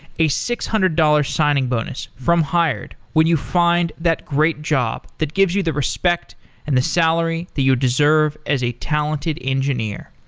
a six hundred dollars signing bonus from hired when you find that great job that gives you the respect and the salary that you deserve as a talented engineer.